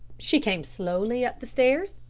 she came slowly up the stairs,